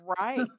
Right